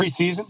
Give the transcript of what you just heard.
preseason